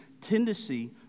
tendency